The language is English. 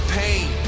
pain